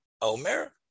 Omer